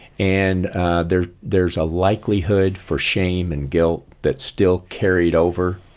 and there's there's a likelihood for shame and guilt that's still carried over.